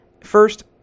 First